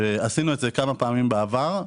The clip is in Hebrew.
עשינו את זה כמה פעמים בעבר.